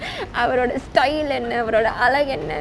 அவரொட:avaroda style என்ன அவரொட அழகு என்ன:enna avaroda azhagu enna